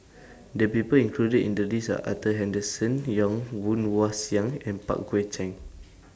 The People included in The list Are Arthur Henderson Young Woon Wah Siang and Pang Guek Cheng